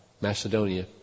Macedonia